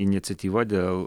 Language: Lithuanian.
iniciatyva dėl